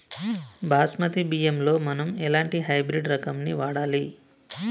బాస్మతి బియ్యంలో మనం ఎలాంటి హైబ్రిడ్ రకం ని వాడాలి?